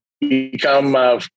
become